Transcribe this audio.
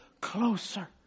closer